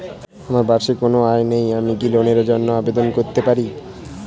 আমার বার্ষিক কোন আয় নেই আমি কি লোনের জন্য আবেদন করতে পারি?